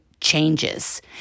changes